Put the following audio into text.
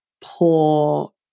poor